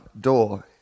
door